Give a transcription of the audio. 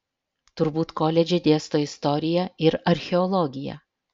turbūt koledže dėsto istoriją ir archeologiją